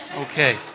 Okay